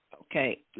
Okay